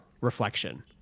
reflection